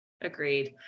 Agreed